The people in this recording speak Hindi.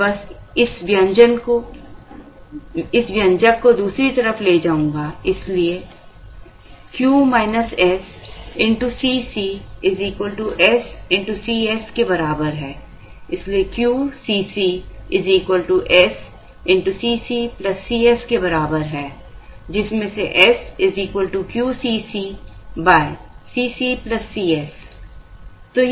मैं बस इस व्यंजक को दूसरी तरफ ले जाऊंगा इसलिए Cc sCs के बराबर है इसलिए Q Cc s Cc Cs के बराबर है जिसमें से s QCc Cc Cs